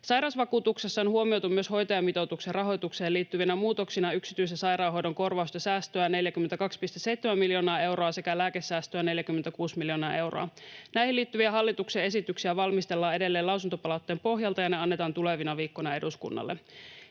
Sairausvakuutuksessa on huomioitu myös hoitajamitoituksen rahoitukseen liittyvinä muutoksina yksityisen sairaanhoidon korvausten säästöä 42,7 miljoonaa euroa sekä lääkesäästöä 46 miljoonaa euroa. Näihin liittyviä hallituksen esityksiä valmistellaan edelleen lausuntopalautteen pohjalta, ja ne annetaan tulevina viikkoina eduskunnalle.